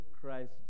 Christ